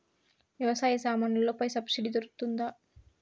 వ్యవసాయ సామాన్లలో పై సబ్సిడి దొరుకుతుందా?